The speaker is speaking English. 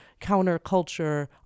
counterculture